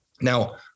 Now